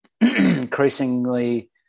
increasingly